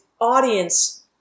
audience